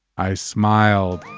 i smiled.